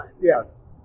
Yes